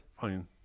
fine